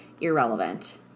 irrelevant